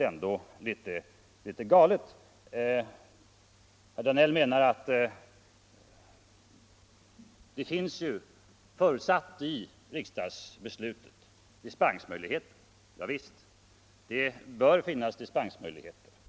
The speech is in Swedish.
Herr Danell menar att dispensmöjligheten är förutsatt i riksdagsbeslutet. Ja visst, det bör finnas dispensmöjligheter.